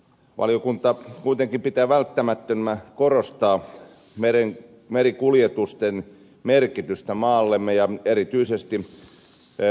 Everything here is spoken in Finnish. valiokunta kuitenkin pitää välttämättömänä korostaa merikuljetusten merkitystä maallemme ja erityisesti metsäteollisuudelle